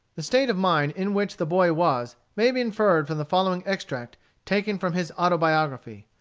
the state of mind in which the boy was may be inferred from the following extract taken from his autobiography.